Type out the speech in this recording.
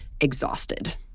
exhausted